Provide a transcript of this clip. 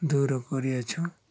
ଦୂର କରିଅଛୁ